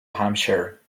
hampshire